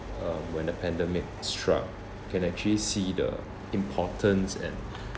uh when the pandemic struck can actually see the importance and